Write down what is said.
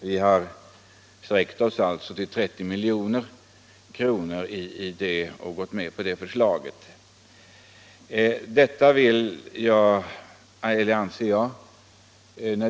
Vi har alltså sträckt oss till att gå med på ett förslag om 30 milj.kr.